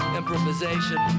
improvisation